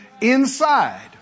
inside